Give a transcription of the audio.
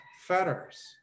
fetters